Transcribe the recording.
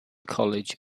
college